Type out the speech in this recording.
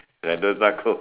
Sentosa cove